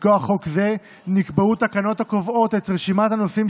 מכוח חוק זה נקבעו תקנות הקובעות את רשימת הנושאים